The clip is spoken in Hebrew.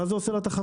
מה זה עושה לתחרות.